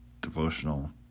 devotional